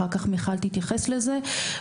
אחר כך מיכל תתייחס לזה.